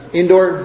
indoor